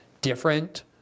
different